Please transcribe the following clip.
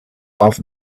off